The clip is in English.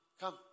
come